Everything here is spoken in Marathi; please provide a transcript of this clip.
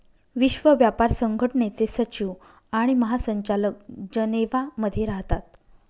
विश्व व्यापार संघटनेचे सचिव आणि महासंचालक जनेवा मध्ये राहतात